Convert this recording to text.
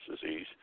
disease